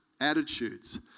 attitudes